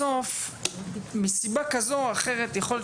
בסוף מסיבה כזו או אחרת יכול להיות